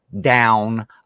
down